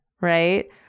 right